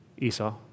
Esau